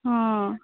ହଁ